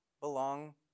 belong